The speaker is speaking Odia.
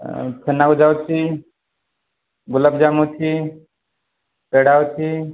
ଆଉ ଛେନାଗଜା ଅଛି ଗୋଲପଜାମୁନ୍ ଅଛି ପେଡ଼ା ଅଛି